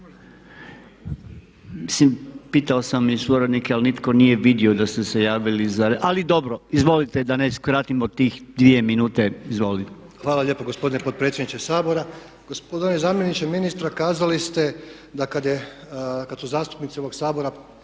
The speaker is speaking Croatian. Hvala lijepa gospodine potpredsjedniče Sabora. Gospodine zamjeniče ministra kazali ste da kad su zastupnici ovog Sabora